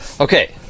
Okay